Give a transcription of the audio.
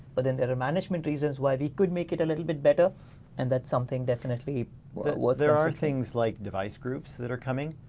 but then there are management reasons why we could make it a little bit better and that's something definitely what. there are things like device groups that are coming.